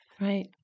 Right